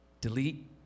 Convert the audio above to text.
Delete